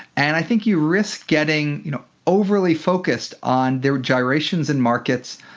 and i think you risk getting, you know, overly focused on there were gyrations and markets,